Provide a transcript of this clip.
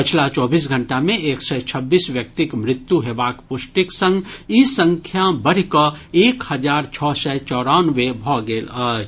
पछिला चौबीस घंटा मे एक सय छब्बीस व्यक्तिक मृत्यु हेबाक पुष्टिक संग ई संख्या बढ़ि कऽ एक हजार छओ सय चौरानवे भऽ गेल अछि